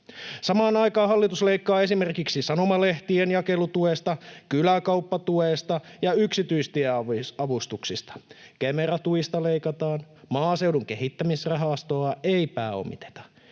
Samaan aikaan hallitus leikkaa esimerkiksi sanomalehtien jakelutuesta, kyläkauppatuesta ja yksityistieavustuksista. Kemera-tuista leikataan, maaseudun kehittämisrahastoa ei pääomiteta,